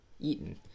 eaten